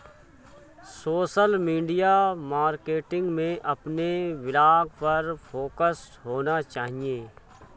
social media marketing में अपने blog पर फोकस होना चाहिए